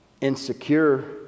insecure